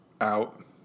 out